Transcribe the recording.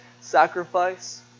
sacrifice